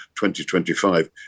2025